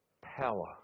power